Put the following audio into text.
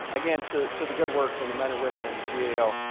again, to to the good work from the men and women in the gao,